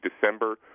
December